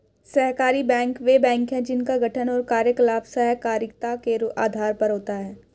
सहकारी बैंक वे बैंक हैं जिनका गठन और कार्यकलाप सहकारिता के आधार पर होता है